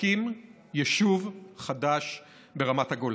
להקים יישוב חדש ברמת הגולן.